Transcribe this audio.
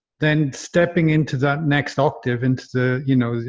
then stepping into that next octave into the, you know,